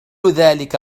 ذلك